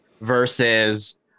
versus